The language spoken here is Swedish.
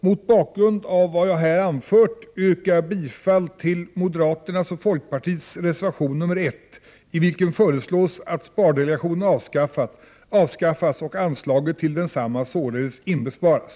Mot bakgrund av vad jag här anfört yrkar jag bifall till gationen skall avskaffas och anslaget till densamma således inbesparas.